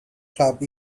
club